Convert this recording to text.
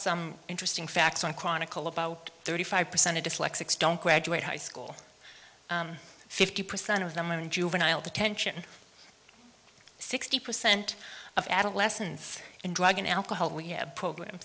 some interesting facts on chronicle about thirty five percent of dyslexics don't graduate high school fifty percent of them are in juvenile detention sixty percent of adolescents and drug and alcohol rehab program